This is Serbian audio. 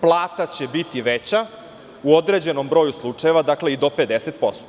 Plata će biti veća u određenom broju slučajeva, dakle, i do 50%